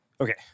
okay